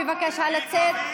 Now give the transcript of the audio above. בבקשה לצאת.